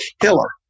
killer